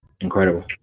Incredible